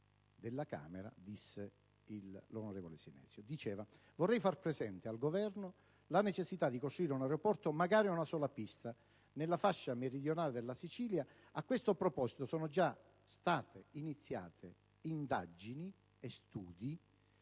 della Camera, l'onorevole Sinesio disse: «(...) vorrei far presente al Governo la necessità di costruire un aeroporto, magari a una sola pista, nella fascia meridionale della Sicilia. A questo proposito sono già state iniziate delle indagini e degli